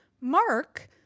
Mark